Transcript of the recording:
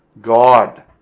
God